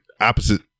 opposite